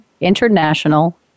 international